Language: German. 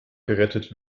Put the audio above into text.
gerettet